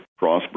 Crossbreed